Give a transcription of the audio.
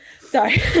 sorry